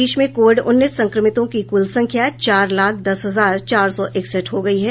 देश में कोविड उन्नीस संक्रमितों की कुल संख्या चार लाख दस हजार चार सौ इकसठ हो गयी है